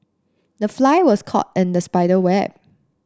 the fly was caught in the spider web